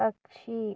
പക്ഷി